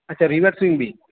اچھا reverse swing بھی